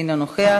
אינו נוכח.